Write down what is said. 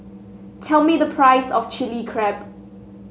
tell me the price of Chili Crab